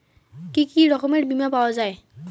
কি কি রকমের বিমা পাওয়া য়ায়?